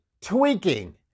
tweaking